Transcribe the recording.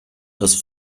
aus